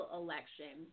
election